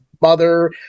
mother